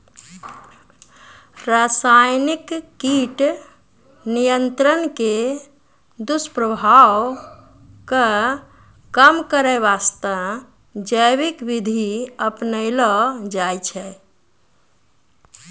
रासायनिक कीट नियंत्रण के दुस्प्रभाव कॅ कम करै वास्तॅ जैविक विधि अपनैलो जाय छै